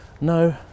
No